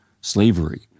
slavery